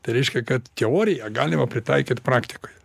tai reiškia kad teoriją galima pritaikyt praktikoj